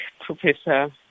Professor